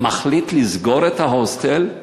מחליט לסגור את ההוסטל,